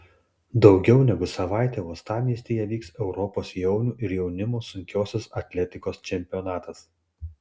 daugiau negu savaitę uostamiestyje vyks europos jaunių ir jaunimo sunkiosios atletikos čempionatas